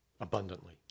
Abundantly